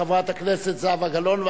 חברת הכנסת זהבה גלאון,